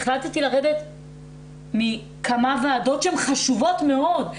החלטתי לרדת מכמה ועדות שהן חשובות מאוד,